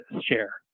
share